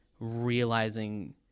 realizing